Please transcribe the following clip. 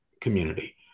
community